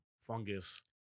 fungus